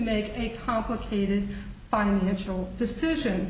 make a complicated financial decision